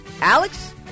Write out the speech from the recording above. Alex